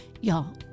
y'all